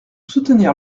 soutenir